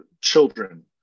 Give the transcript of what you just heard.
children